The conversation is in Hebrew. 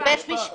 זה בית משפט.